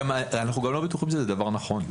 אנחנו גם לא בטוחים שזה דבר נכון.